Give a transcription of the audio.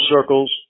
circles